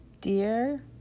dear